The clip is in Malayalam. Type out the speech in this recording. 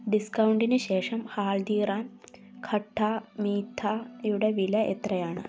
ഡിസ്കൗണ്ടിന് ശേഷം ഹാൽദിറാം ഖട്ടാ മീട്ടാ യുടെ വില എത്രയാണ്